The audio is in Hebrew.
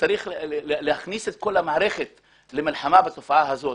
צריך להכניס את כל המערכת למלחמה בתופעה הזאת.